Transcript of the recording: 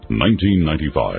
1995